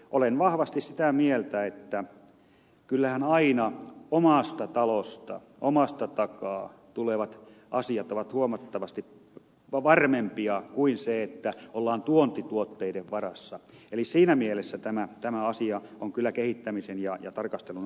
olen vahvasti sitä mieltä että kyllähän aina omasta talosta omasta takaa tulevat asiat ovat huomattavasti varmempia kuin se että ollaan tuontituotteiden varassa eli siinä mielessä tämä asia on kyllä kehittämisen ja tarkastelun arvoinen